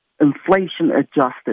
inflation-adjusted